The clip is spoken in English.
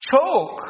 choke